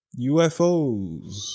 UFOs